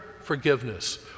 forgiveness